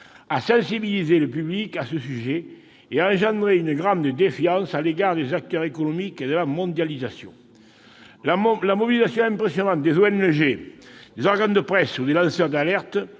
a sensibilisé le public à ce sujet et a engendré une grande défiance à l'égard des acteurs économiques et de la mondialisation. La mobilisation impressionnante des organisations non gouvernementales, des organes de presse ou des lanceurs d'alerte